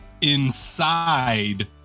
inside